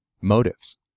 motives